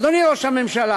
אדוני ראש הממשלה,